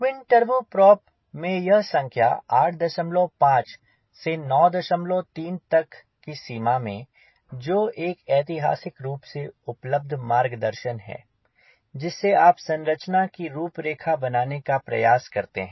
twin turbo prop में यह संख्या 85 से 93 तक की सीमा में जो कि ऐतिहासिक रूप से उपलब्ध मार्गदर्शन है जिससे आप संरचना की रूपरेखा बनाने का प्रयास करते हैं